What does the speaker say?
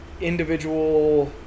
individual